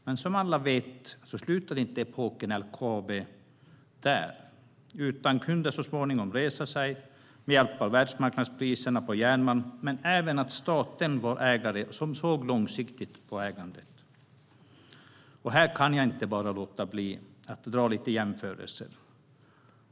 Men som alla vet slutade inte epoken LKAB där, utan LKAB kunde så småningom resa sig med hjälp av världsmarknadspriserna på järnmalm men även därför att staten var en ägare som såg långsiktigt på ägandet. Här kan jag bara inte låta bli att göra lite jämförelser.